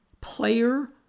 player